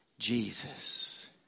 Jesus